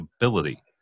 ability